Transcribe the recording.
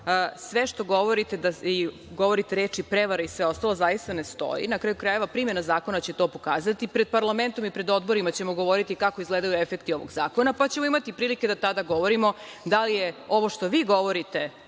Sve što govorite, govorite reči prevara i sve ostalo, zaista ne stoji. Na kraju krajeva, primena zakona će to pokazati. Pred parlamentom i pred odborima ćemo govoriti kako izgledaju efekti ovog zakona, pa ćemo imati prilike da tada govorimo da li je ovo što vi govorite